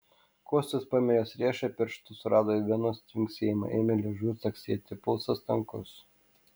kostas paėmė jos riešą pirštu surado venos tvinksėjimą ėmė liežuviu caksėti pulsas tankus